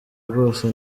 rwose